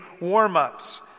warm-ups